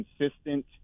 consistent